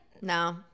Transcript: No